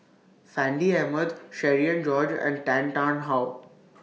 Fandi Ahmad Cherian George and Tan Tarn How